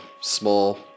small